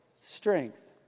strength